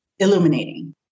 Illuminating